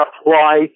apply